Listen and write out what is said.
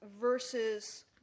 versus